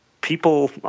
people